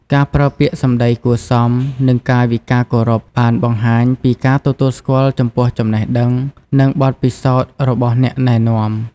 ការប្រើពាក្យសំដីគួរសម និងកាយវិការគោរព បានបង្ហាញពីការទទួលស្គាល់ចំពោះចំណេះដឹង និងបទពិសោធន៍របស់អ្នកណែនាំ។